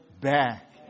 back